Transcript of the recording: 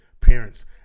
parents